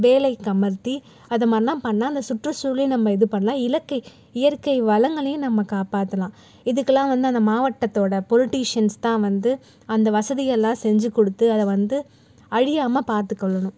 வேலைக்கு அமர்த்தி அதை மாதிரிலாம் பண்ணால் அந்த சுற்றுச்சூழலையும் நம்ம இது பண்ணலாம் இலக்கு இயற்கை வளங்களையும் நம்ம காப்பாற்றலாம் இதுக்கெலாம் வந்து அந்த மாவட்டத்தோடய பொலிட்டீஷியன்ஸ் தான் வந்து அந்த வசதிகளெலாம் செஞ்சு கொடுத்து அதை வந்து அழியாமல் பார்த்துக்கொள்ளணும்